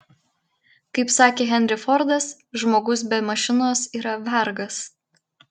kaip sakė henry fordas žmogus be mašinos yra vergas